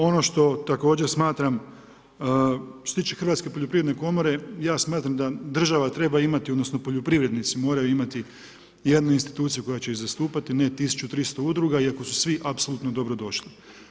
Ono što također smatram, što se tiče hrvatske poljoprivredne komore, ja smatram da država treba imati odnosno poljoprivrednici moraju imati jednu instituciju koja će ih zastupati, ne 1300 udruga, iako su svi apsolutno dobrodošli.